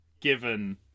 Given